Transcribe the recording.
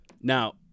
Now